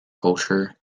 culture